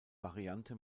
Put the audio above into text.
variante